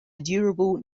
durable